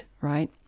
right